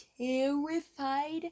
terrified